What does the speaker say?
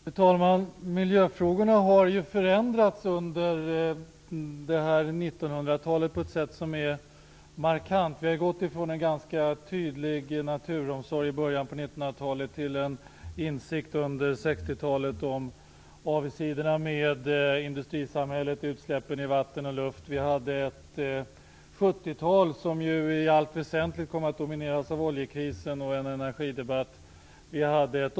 Fru talman! Miljöfrågorna har markant förändrats under 1900-talet. Vi har gått från en ganska tydlig naturomsorg i början av 1900-talet till en insikt under 60-talet om avigsidorna med industrisamhället och utsläppen i vatten och luft. 70-talet kom i allt väsentligt att domineras av oljekrisen och energidebatten.